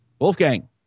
Wolfgang